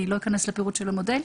אני לא אכנס לפירוט של המודל,